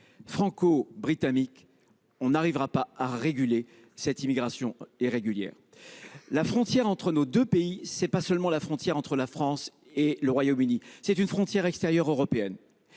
franco britannique, nous ne parviendrons pas à réguler cette immigration irrégulière. La frontière entre nos deux pays n’est pas seulement une frontière entre la France et le Royaume Uni : c’est une frontière extérieure européenne.